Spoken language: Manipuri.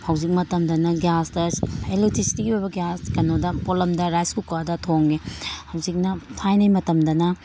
ꯍꯧꯖꯤꯛ ꯃꯇꯝꯗꯅ ꯒ꯭ꯌꯥꯁꯇ ꯑꯦꯂꯦꯛꯇ꯭ꯔꯤꯁꯤꯇꯤꯒꯤ ꯑꯣꯏꯕ ꯒ꯭ꯌꯥꯁ ꯀꯩꯅꯣꯗ ꯄꯣꯠꯂꯝꯗ ꯔꯥꯏꯁ ꯀꯨꯀꯔꯗ ꯊꯣꯡꯉꯦ ꯍꯧꯖꯤꯛꯅ ꯊꯥꯏꯅꯩ ꯃꯇꯝꯗꯅ